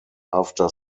after